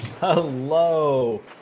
Hello